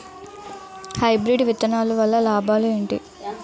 Hybrid విత్తనాలు వల్ల లాభాలు ఏంటి?